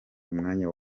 umwanya